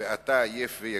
ואתה עיף ויגע"